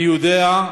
אני יודע,